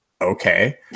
okay